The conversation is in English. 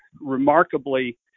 remarkably